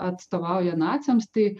atstovauja naciams tai